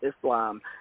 Islam